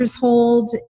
hold